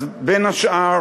אז בין השאר